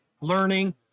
learning